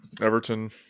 Everton